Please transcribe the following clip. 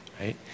right